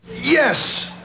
Yes